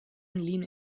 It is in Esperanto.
lin